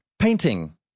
Painting